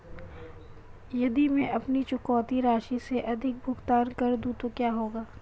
यदि मैं अपनी चुकौती राशि से अधिक भुगतान कर दूं तो क्या होगा?